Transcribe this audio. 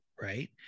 right